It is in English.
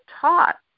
taught